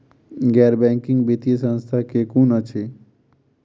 गैर बैंकिंग वित्तीय संस्था केँ कुन अछि?